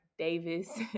Davis